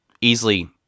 easily